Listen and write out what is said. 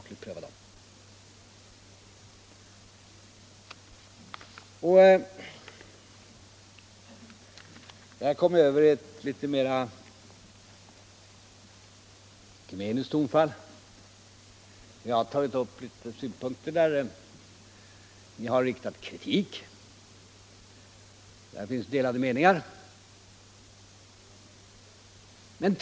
Jag har hittills tagit upp frågor där det finns delade meningar och där ni har riktat kritik mot den förda politiken, men jag går nu över till litet mer ekumeniska tonfall.